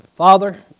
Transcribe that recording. Father